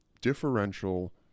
differential